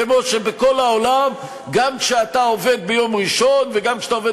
כמו שבכל העולם גם כשאתה עובד ביום ראשון וגם כשאתה עובד